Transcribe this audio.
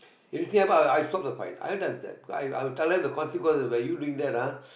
in Singapore I I stop the fight i does that because I I will tell them the consequence by you doing that ah